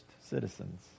citizens